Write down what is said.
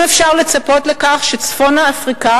אם אפשר לצפות לכך שמדינות צפון-אפריקה